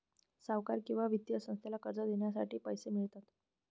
सावकार किंवा वित्तीय संस्थेला कर्ज देण्यासाठी पैसे मिळतात